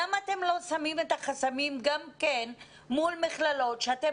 למה אתם לא שמים את החסמים מול מכללות שאתם